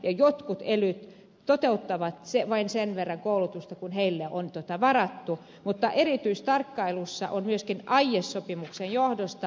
jotkut elyt toteuttavat vain sen verran koulutusta kuin heille on varattu mutta erityistarkkailussa on myöskin aiesopimuksen johdosta pääkaupunkiseutu